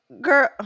girl